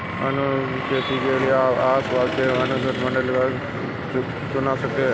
अनुबंध खेती में आप अपनी पसंद के अनुसार एक मॉडल चुन सकते हैं